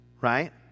right